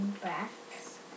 breaths